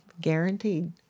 Guaranteed